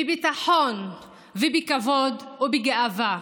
בביטחון, בכבוד ובגאווה,